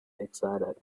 excited